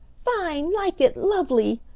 fine, like it lovely!